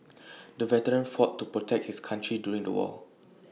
the veteran fought to protect his country during the war